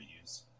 use